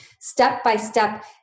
step-by-step